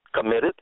committed